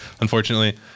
unfortunately